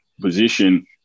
position